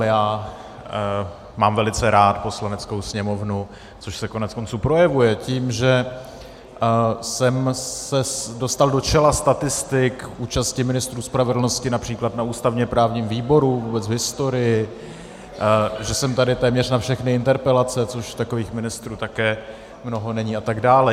Já mám velice rád Poslaneckou sněmovnu, což se koneckonců projevuje tím, že jsem se dostal do čela statistik účasti ministrů spravedlnosti například na ústavněprávním výboru vůbec v historii, že jsem tady téměř na všechny interpelace, což takových ministrů také mnoho není, a tak dále.